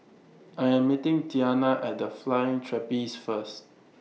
I Am meeting Tiana At The Flying Trapeze First